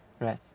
Right